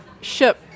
ship